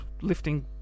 Lifting